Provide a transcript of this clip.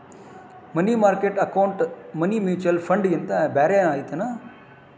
ಮನಿ market account money mutual ಫಂಡ್ಗಿಂತ ಬ್ಯಾರೇನ ಐತಿ